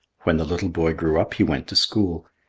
when the little boy grew up he went to school.